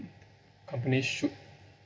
companies should